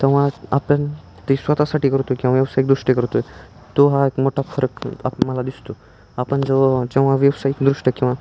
तेव्हा आपण ते स्वताःसाठी करतो किंवा व्यवसायिकदृष्ट्या करतोय तो हा एक मोठा फरक आपणाला दिसतो आपण जव जेव्हा व्यवसायिकदृष्ट्या किंवा